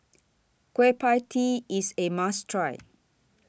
Kueh PIE Tee IS A must Try